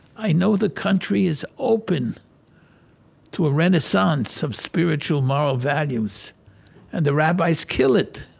i know the country is open to a renaissance of spiritual moral values and the rabbis kill it.